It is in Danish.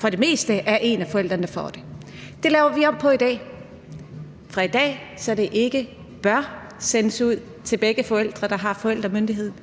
for det meste er en af forældrene, der får det. Det laver vi om på i dag. Fra i dag er det ikke »bør« sendes ud til begge forældre, der har forældremyndigheden,